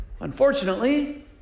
Unfortunately